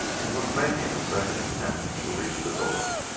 and was making a second attempt to reach the door.